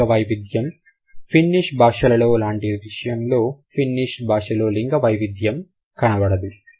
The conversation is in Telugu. లింగ వైవిధ్యం ఫిన్నిష్ భాషలలో లాంటి విషయంలో ఫిన్నిష్ భాషలో లింగ వైవిద్యం కనపడదు